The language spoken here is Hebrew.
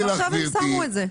ועכשיו הם שמו את זה.